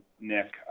Nick